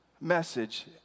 message